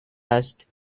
asked